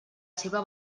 seva